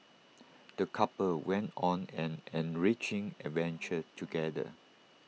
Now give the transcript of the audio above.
the couple went on an enriching adventure together